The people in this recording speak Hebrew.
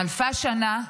חלפה שנה,